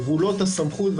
גבולות הסמכות,